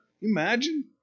Imagine